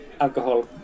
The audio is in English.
alcohol